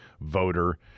voter